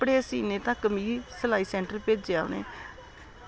कपड़े सीने सलाई सेंटर धोड़ी भेजेआ उनें